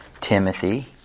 Timothy